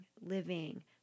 living